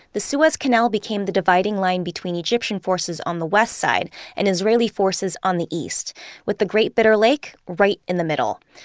the suez canal became the dividing line between egyptian forces on the west side and israeli forces on the east with the great bitter lake right in the middle.